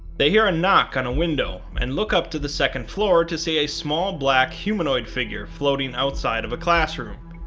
they hear a knock on a window, and look up to the second floor to see a small black humanoid figure floating outside of a classroom.